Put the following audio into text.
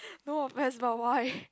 no of us not why